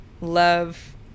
love